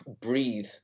breathe